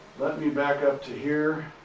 let me back up to here.